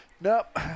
Nope